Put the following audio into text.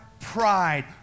pride